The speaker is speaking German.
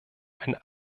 ein